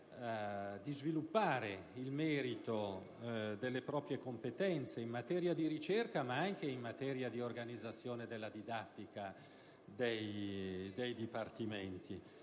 di sviluppare il merito delle proprie competenze in materia di ricerca, oltre che in materia di organizzazione della didattica dei dipartimenti.